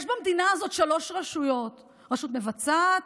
יש במדינה הזאת שלוש רשויות: רשות מבצעת,